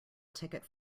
ticket